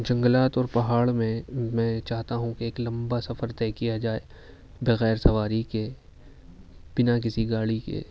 جنگلات اور پہاڑ میں میں چاہتا ہوں کہ ایک لمبا سفر طے کیا جائے بغیر سواری کے بنا کسی گاڑی کے